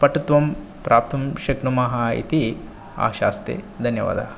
पटुत्वं प्राप्तुं शक्नुमः इति आशास्ते धन्यवादः